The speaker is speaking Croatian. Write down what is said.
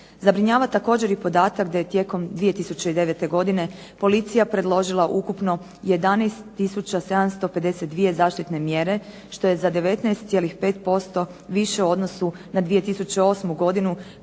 Zabrinjava također i podatak da je tijekom 2009. godine policija predložila ukupno 11 tisuća 752 zaštitne mjere što je za 19,5% više u odnosu na 2008. godinu